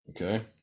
Okay